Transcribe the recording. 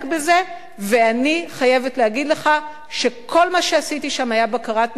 ואני חייבת להגיד לך שכל מה שעשיתי שם היה בקרת נזקים וכל מה